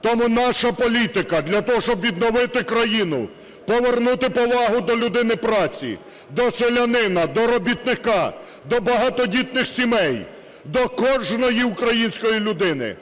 Тому наша політика для того, щоб відновити країну, повернути повагу до людини праці, до селянина, до робітника, до багатодітних сімей, до кожної української людини.